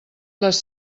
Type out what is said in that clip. les